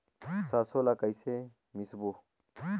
सरसो ला कइसे मिसबो?